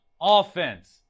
offense